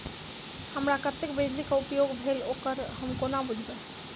हमरा कत्तेक बिजली कऽ उपयोग भेल ओकर हम कोना बुझबै?